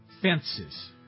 fences